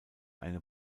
eine